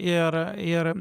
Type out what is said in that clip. ir ir